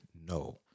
No